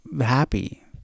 happy